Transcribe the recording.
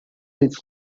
this